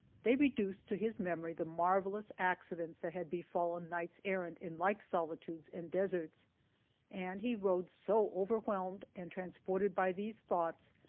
they reduced to his memory the marvellous accidents that had befalne knights errant in like solitudes and desarts and he rode so overwhelmed and transported by these thoughts,